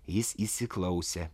jis įsiklausė